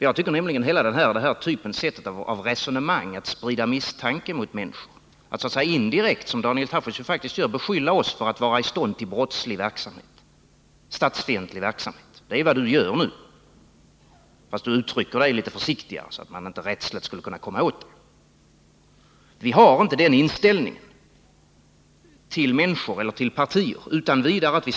Jag vänder mig nämligen mot hela den här typen av resonemang, att sprida misstanke mot människor, att indirekt beskylla oss för att vara i stånd till brottslig, statsfientlig verksamhet — och det är vad Daniel Tarschys faktiskt gör nu, fast han uttrycker sig litet försiktigare, så att man inte rättsligt skall kunna komma åt honom. Vi har inte den inställningen till människor eller till partier att vit.ex.